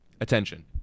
attention